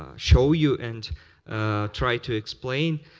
ah show you and try to explain,